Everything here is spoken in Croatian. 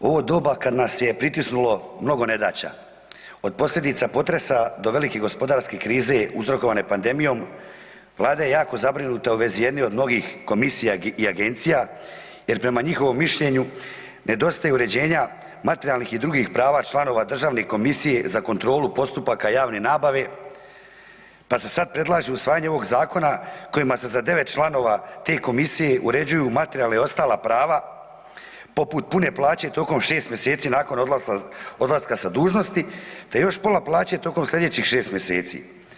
U ovo doba kada nas je pritisnulo mnogo nedaća od posljedica potresa do velike gospodarske krize uzrokovane pandemijom, Vlada je jako zabrinuta u vezi jedne od mnogih komisija i agencija jer prema njihovom mišljenju nedostaje uređenja materijalnih i drugih prava Državne komisije za kontrolu postupaka javne nabave pa se sada predlaže usvajanje ovog zakona kojima se za devet članova te komisije uređuju materijalne i ostala prava poput pune plaće tokom šest mjeseci nakon odlaska sa dužnosti te još pola plaća tokom sljedećih šest mjeseci.